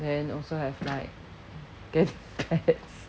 then also have like get pets